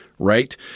right